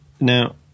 Now